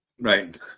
right